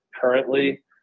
currently